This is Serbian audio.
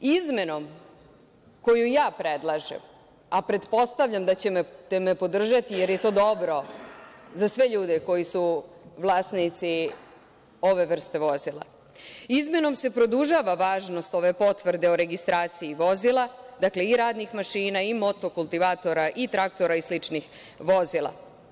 Izmenom koju ja predlažem, a pretpostavljam da ćete me podržati, jer je to dobro za sve ljude koji su vlasnici ove vrste vozila, se produžava važnost ove potvrde o registraciji vozila, dakle, i radnih mašina, i motokultivatora, i traktora i sličnih vozila.